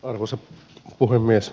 arvoisa puhemies